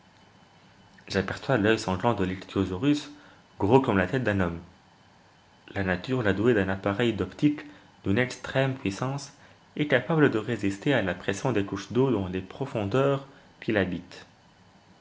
j'aperçois l'oeil sanglant de l'ichthyosaurus gros comme la tête d'un homme la nature l'a doué d'un appareil d'optique d'une extrême puissance et capable de résister à la pression des couches d'eau dans les profondeurs qu'il habite